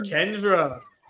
Kendra